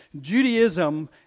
judaism